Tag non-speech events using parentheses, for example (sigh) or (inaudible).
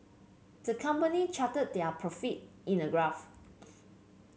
the company charted their profit in a graph (noise)